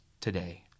today